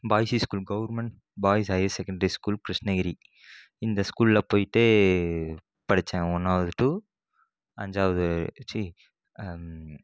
boys school government boys higher secondary school Krishnagiri இந்த ஸ்கூலில் போய்ட்டு படித்தேன் ஒன்றாவது டு அஞ்சாவது சி